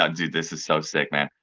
ah dude this is so sick, man.